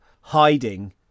hiding